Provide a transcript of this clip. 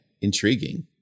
intriguing